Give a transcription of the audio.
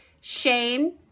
shame